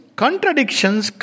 contradictions